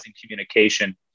communication